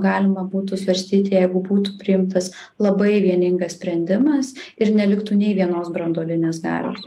galima būtų svarstyti jeigu būtų priimtas labai vieningas sprendimas ir neliktų nei vienos branduolinės galios